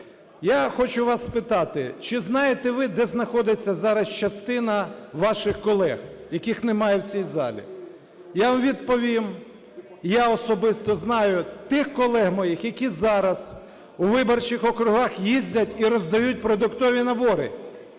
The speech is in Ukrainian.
Я хочу вас спитати. Чи знаєте ви, де знаходиться зараз частина ваших колег, яких немає в цій залі? Я вам відповім. Я особисто знаю тих колег моїх, які зараз у виборчих округах їздять і роздають продуктові набори,